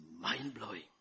mind-blowing